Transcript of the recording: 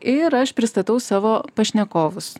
ir aš pristatau savo pašnekovus